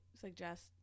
suggest